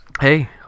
Hey